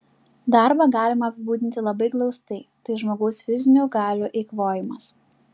darbą galima apibūdinti labai glaustai tai žmogaus fizinių galių eikvojimas